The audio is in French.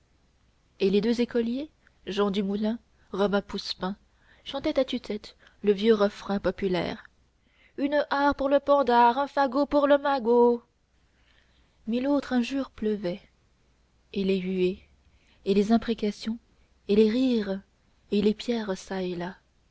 et les deux écoliers jehan du moulin robin poussepain chantaient à tue-tête le vieux refrain populaire une hart pour le pendard un fagot pour le magot mille autres injures pleuvaient et les huées et les imprécations et les rires et les pierres